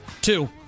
Two